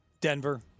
Denver